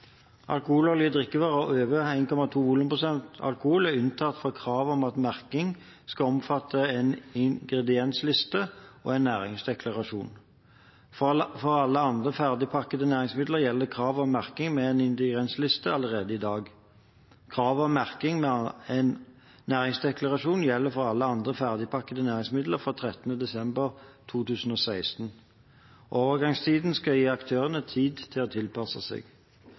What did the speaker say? Alkoholholdige drikkevarer med over 1,2 volumprosent alkohol er unntatt fra kravet om at merking skal omfatte en ingrediensliste og en næringsdeklarasjon. For alle andre ferdigpakkede næringsmidler gjelder kravet om merking med en ingrediensliste allerede i dag. Kravet om merking med en næringsdeklarasjon gjelder for alle andre ferdigpakkede næringsmidler fra 13. desember 2016. Overgangstiden skal gi aktørene tid til å tilpasse seg.